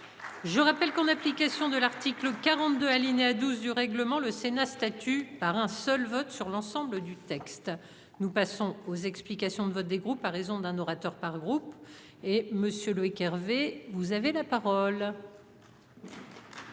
Je rappelle qu'en application de l'article 42 Aline. 12 du règlement, le Sénat statut par un seul vote sur l'ensemble du texte. Nous passons aux explications de vote, des groupes à raison d'un orateur par groupe et monsieur Loïc Hervé, vous avez la parole. Madame